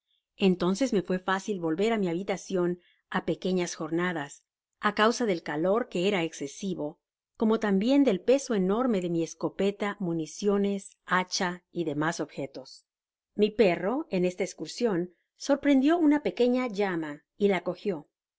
entonces me fué fácil volver á mi habitacion á pequeñas jomadas á causa del calor que era escesivo como tambien del peso enorme de m escopeta municiones hacha y demas objetos mi perro ea esta escursion sorprendio una pequeña ha ma y la cogió